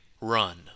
Run